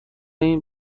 این